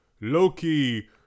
Loki